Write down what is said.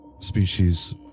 species